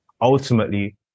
ultimately